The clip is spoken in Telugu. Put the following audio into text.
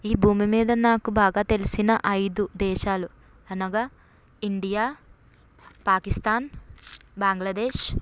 ఈ భూమి మీద నాకు బాగా తెలిసిన ఐదు దేశాలు అనగా ఇండియా పాకిస్తాన్ బంగ్లాదేశ్